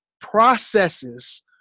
Processes